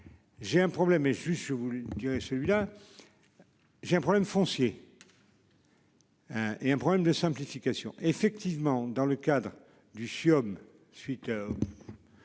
J'ai un problème et celui, je vous dirai celui-là. J'ai un problème foncier.-- Et un problème de simplification, effectivement dans le cadre du Chiome suite.